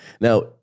Now